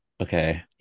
Okay